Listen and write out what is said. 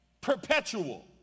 perpetual